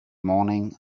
morning